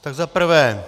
Tak za prvé.